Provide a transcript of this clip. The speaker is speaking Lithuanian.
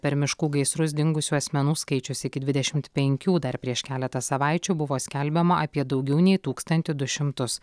per miškų gaisrus dingusių asmenų skaičius iki dvidešimt penkių dar prieš keletą savaičių buvo skelbiama apie daugiau nei tūkstantį du šimtus